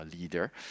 leader